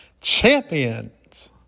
champions